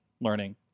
learning